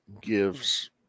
gives